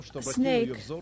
snake